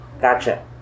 Gotcha